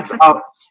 up